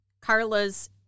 Carla's